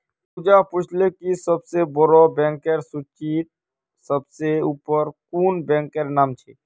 पूजा पूछले कि सबसे बोड़ो बैंकेर सूचीत सबसे ऊपर कुं बैंकेर नाम छे